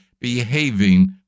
behaving